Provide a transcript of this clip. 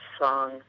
song